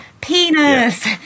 penis